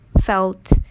felt